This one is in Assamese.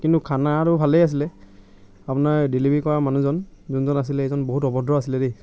কিন্তু খানাটো ভালেই আছিলে আপোনাৰ ডেলিভাৰী কৰা মানুহজন যোনজন আছিলে সেইজন বহুত অভদ্ৰ আছিল দেই